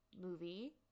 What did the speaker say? movie